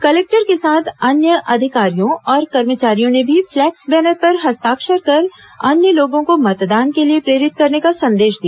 collector के साथ अन्य अधिकारियों और कर्मचारियों ने भी फ्लैक्स बैनर पर हस्ताक्षर कर अन्य लोगों को मतदान के लिए प्रेरित करने का संदेश दिया